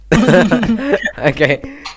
Okay